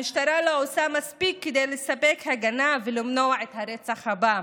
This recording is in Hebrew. המשטרה לא עושה מספיק כדי לספק הגנה ולמנוע את הרצח הבא.